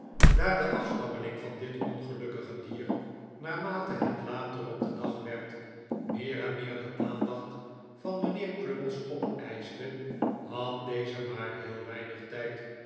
daar de afstammeling van dit ongelukkige dier naarmate het later op den dag werd meer en meer de aandacht van mijnheer crummies opeischte had deze maar heel weinig tijd